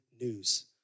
news